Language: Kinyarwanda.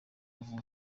yonyine